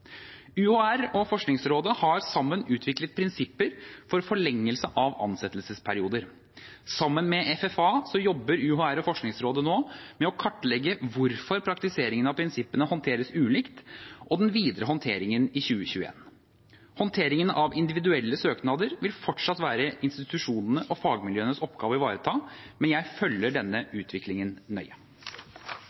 og høgskolerådet og Forskningsrådet har sammen utviklet prinsipper for forlengelser av ansettelsesperioder. Sammen med Forskningsinstituttenes Fellesarena jobber UHR og Forskningsrådet nå med å kartlegge hvorfor praktiseringen av prinsippene håndteres ulikt og den videre håndteringen i 2021. Håndteringen av individuelle søknader vil fortsatt være institusjonene og fagmiljøenes oppgave å ivareta, men jeg følger denne utviklingen nøye.